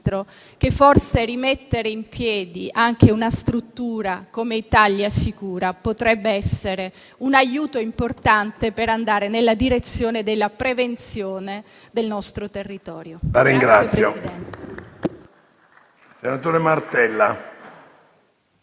che forse rimettere in piedi una struttura come Italia Sicura potrebbe essere un aiuto importante per andare nella direzione della prevenzione del nostro territorio.